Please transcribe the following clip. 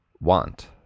want